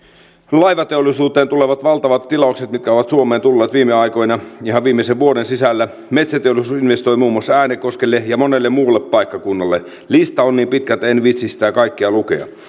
laivateollisuuteen tulevat valtavat tilaukset mitkä ovat suomeen tulleet viime aikoina ihan viimeisen vuoden sisällä metsäteollisuus investoi muun muassa äänekoskelle ja monelle muulle paikkakunnalle lista on niin pitkä että en viitsi sitä kaikkea lukea